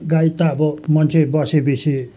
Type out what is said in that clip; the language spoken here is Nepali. गाई त अब मान्छे बसेपछि